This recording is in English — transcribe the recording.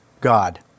God